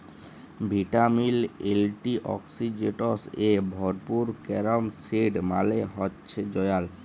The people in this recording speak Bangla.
ভিটামিল, এন্টিঅক্সিডেন্টস এ ভরপুর ক্যারম সিড মালে হচ্যে জয়াল